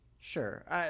Sure